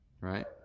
right